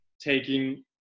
taking